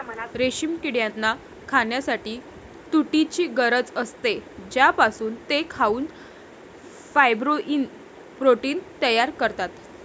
रेशीम किड्यांना खाण्यासाठी तुतीची गरज असते, ज्यापासून ते खाऊन फायब्रोइन प्रोटीन तयार करतात